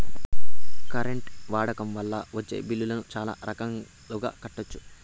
current వాడకం వల్ల వచ్చే బిల్లులను చాలా రకాలుగా కట్టొచ్చు